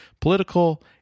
political